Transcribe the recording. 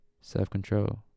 self-control